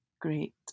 great